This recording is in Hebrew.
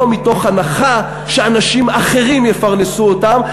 מתוך הנחה שאנשים אחרים יפרנסו אותם,